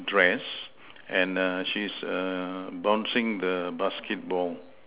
dress and err she's err bouncing the basketball